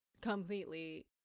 completely